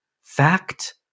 Fact